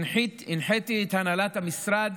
הנחיתי את הנהלת המשרד